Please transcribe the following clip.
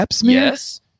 Yes